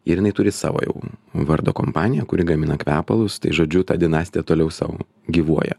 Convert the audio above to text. ir jinai turi savo jau vardo kompaniją kuri gamina kvepalus žodžiu ta dinastija toliau sau gyvuoja